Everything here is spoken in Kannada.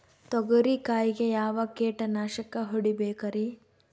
ತೊಗರಿ ಕಾಯಿಗೆ ಯಾವ ಕೀಟನಾಶಕ ಹೊಡಿಬೇಕರಿ?